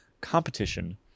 competition